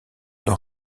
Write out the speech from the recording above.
leur